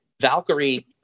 Valkyrie